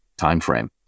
timeframe